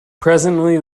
presently